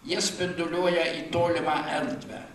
jie spinduliuoja į tolimą erdvę